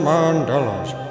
Mandela's